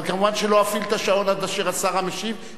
אבל מובן שלא אפעיל את השעון עד אשר השר המשיב,